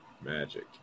magic